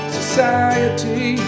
society